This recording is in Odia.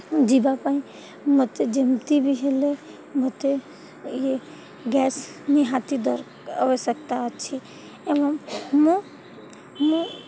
ଯିବା ପାଇଁ ମୋତେ ଯେମିତି ବି ହେଲେ ମୋତେ ଇଏ ଗ୍ୟାସ୍ ନିହାତି ଦରକାର ଆବଶ୍ୟକତା ଅଛି ଏବଂ ମୁଁ ମୁଁ